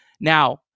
Now